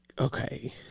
Okay